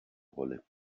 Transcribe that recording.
rolle